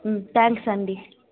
thanks అండీ